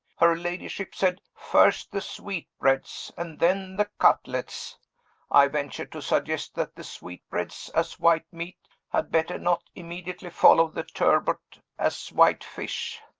her ladyship said, first the sweetbreads, and then the cutlets i ventured to suggest that the sweetbreads, as white meat, had better not immediately follow the turbot, as white fish.